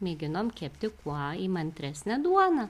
mėginom kepti kuo įmantresnę duoną